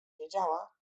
wiedziała